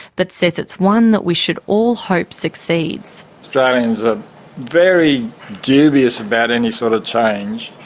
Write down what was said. but says it's one that we should all hope succeeds. australians are very dubious about any sort of change,